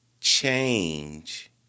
change